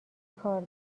کار